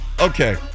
Okay